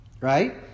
right